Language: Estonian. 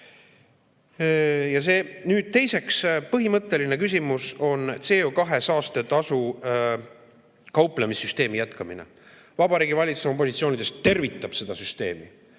vähem. Nüüd, teiseks, põhimõtteline küsimus on CO2saastetasuga kauplemise süsteemi jätkamine. Vabariigi Valitsus oma positsioonides tervitab seda süsteemi